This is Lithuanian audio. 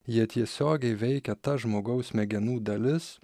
jie tiesiogiai veikia tas žmogaus smegenų dalis